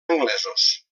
anglesos